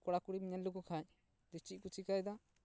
ᱠᱚᱲᱟ ᱠᱩᱲᱤᱢ ᱧᱮᱞ ᱞᱮᱠᱚ ᱠᱷᱟᱱ ᱪᱮᱫ ᱠᱚ ᱪᱤᱠᱟᱹᱭᱮᱫᱟ